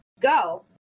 go